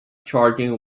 charging